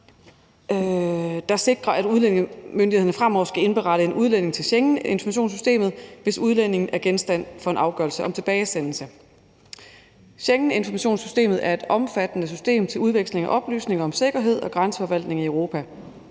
der sikrer, at udlændingemyndighederne fremover skal indberette en udlænding til Schengeninformationssystemet, hvis udlændingen er genstand for en afgørelse om tilbagesendelse. Schengeninformationssystemet er et omfattende system til udveksling af oplysninger om sikkerhed og grænseforvaltning i Europa.